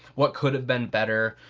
what could have been better?